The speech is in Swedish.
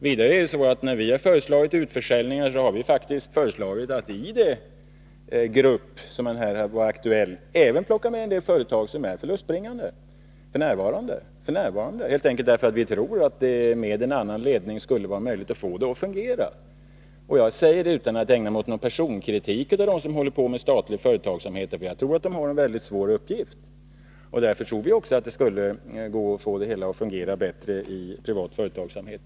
Vidare är det så, att när vi har föreslagit utförsäljningar har vi avsett att i den grupp som här varit aktuell även plocka med företag som f.n. är förlustbringande, helt enkelt därför att vi tror att det med annan ledning skulle vara möjligt att få dem att fungera. Detta säger jag utan att ägna mig åt personkritik av dem som håller på med statlig företagsamhet, för jag tror att de har en väldigt svår uppgift. Vi menar alltså att det skulle gå att få det hela att fungera bättre inom privat företagsamhet.